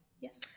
yes